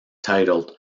titled